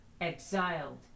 exiled